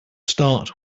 start